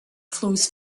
flows